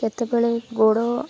କେତେବେଳେ ଗୋଡ